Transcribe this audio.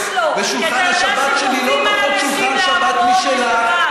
ממש לא, ושולחן השבת שלי לא פחות שולחן שבת משלך.